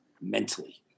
mentally